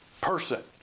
person